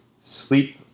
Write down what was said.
sleep